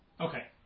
Okay